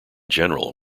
general